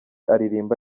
aririmba